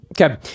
Okay